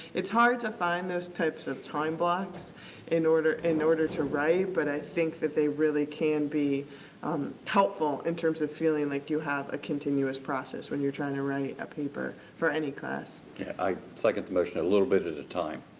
it's hard to find those types of time blocks in order in order to write but i think that they really can be helpful in terms of feeling like you have a continuous process when you're trying to write a paper for any class. gouge yeah i second the motion. a little bit at a time.